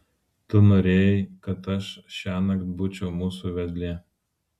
tu norėjai kad aš šiąnakt būčiau mūsų vedlė